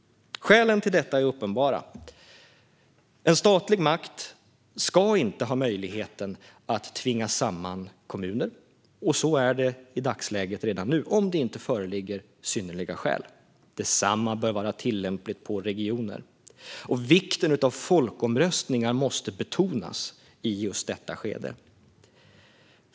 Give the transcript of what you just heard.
Skälen till detta är uppenbara. En statlig makt ska inte ha möjligheten att tvinga samman kommuner - så är det redan i dagsläget - om det inte föreligger synnerliga skäl. Detsamma bör vara tillämpligt på regioner. Vikten av folkomröstningar måste betonas i just detta skede.